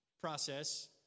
process